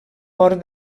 port